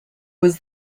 was